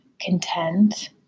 content